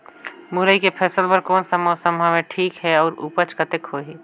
मुरई के फसल बर कोन सा मौसम हवे ठीक हे अउर ऊपज कतेक होही?